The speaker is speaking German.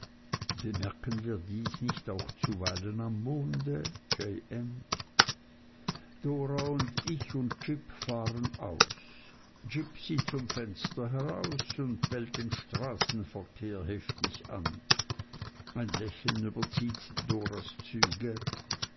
bemerken wir dies nicht zuweilen auch am monde j m d ich und j fahren aus j sieht zum fenster hinaus und bellt den straßenkehrer heftig an ein lächeln überzieht ds